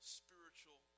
spiritual